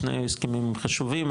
שני הסכמים חשובים,